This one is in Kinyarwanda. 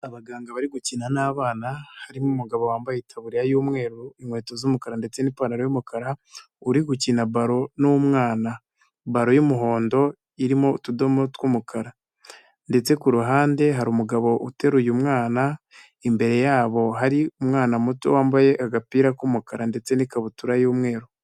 Abaganga bari gukina n'abana harimo umugabo wambaye itaburiya y'umweru, inkweto z'umukara ndetse n'ipantaro y'umukara uri gukina balo n'umwana, balo y'umuhondo irimo utudomo tw'umukara ndetse ku ruhande hari umugabo uteruye umwana, imbere yabo hari umwana muto wambaye agapira k'umukara ndetse n'ikabutura y'umweru.